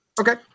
Okay